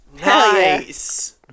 Nice